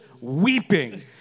weeping